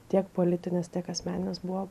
tiek politinės tiek asmeninės buvo